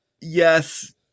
Yes